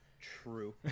True